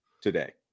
today